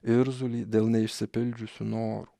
irzulį dėl neišsipildžiusių norų